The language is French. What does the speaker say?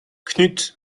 knut